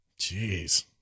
Jeez